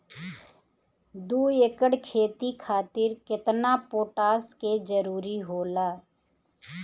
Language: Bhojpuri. दु एकड़ खेती खातिर केतना पोटाश के जरूरी होला?